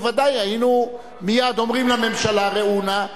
בוודאי היינו מייד אומרים לממשלה: ראו נא,